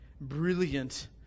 brilliant